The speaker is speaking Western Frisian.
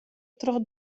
troch